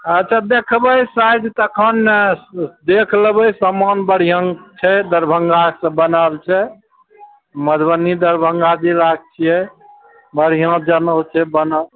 अच्छा देखबय साइज तखन ने देख लेबय सामान बढ़िआँ छै दरभंगासँ बनल छै मधुबनी दरभंगा जिलाके छियै बढ़िआँ जनउ छै बनल